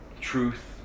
Truth